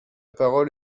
parole